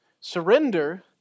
Surrender